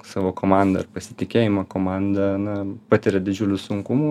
savo komandą ir pasitikėjimą komanda na patiria didžiulių sunkumų